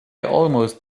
almost